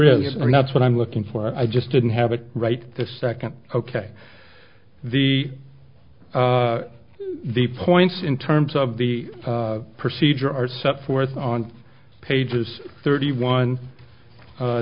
is and that's what i'm looking for i just didn't have it right this second ok the the points in terms of the procedure are set forth on pages thirty one